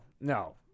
No